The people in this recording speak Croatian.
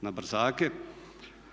na brzake.